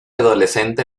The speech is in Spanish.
adolescente